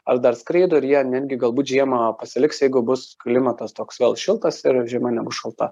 ar dar skraido ir jie netgi galbūt žiemą pasiliks jeigu bus klimatas toks vėl šiltas ir žiema nebus šalta